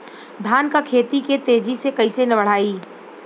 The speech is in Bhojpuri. धान क खेती के तेजी से कइसे बढ़ाई?